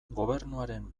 gobernuaren